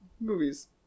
Movies